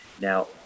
Now